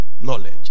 knowledge